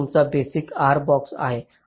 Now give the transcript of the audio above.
हा तुमचा basic R box आहे